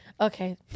Okay